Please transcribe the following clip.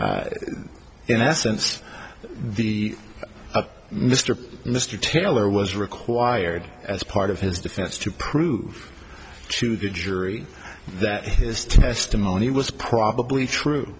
err in essence the mr mr taylor was required as part of his defense to prove to the jury that his testimony was probably true